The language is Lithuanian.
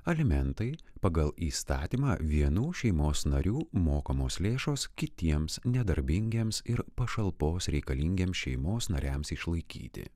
alimentai pagal įstatymą vienų šeimos narių mokamos lėšos kitiems nedarbingiems ir pašalpos reikalingiems šeimos nariams išlaikyti